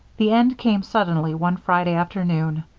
the end came suddenly one friday afternoon.